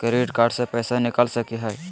Credit card से पैसा निकल सकी हय?